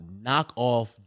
knockoff